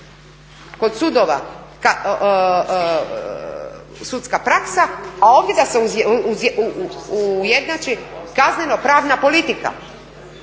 kod sudova sudska praksa a ovdje da se ujednači kaznenopravna politika.